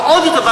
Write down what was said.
ועוד יותר,